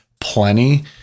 plenty